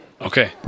Okay